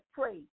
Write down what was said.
pray